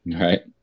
Right